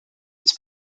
its